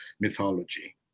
mythology